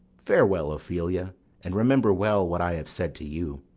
farewell, ophelia and remember well what i have said to you.